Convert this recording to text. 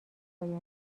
باید